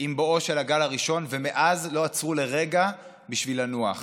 עם בואו של הגל הראשון ומאז לא עצרו לרגע בשביל לנוח.